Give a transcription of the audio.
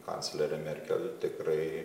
kanclerė merkel tikrai